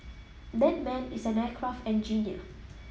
that man is an aircraft engineer